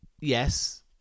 Yes